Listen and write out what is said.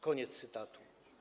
Koniec cytatu.